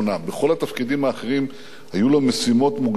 בכל התפקידים האחרים היו לו משימות מוגדרות,